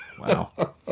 Wow